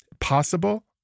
Possible